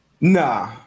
Nah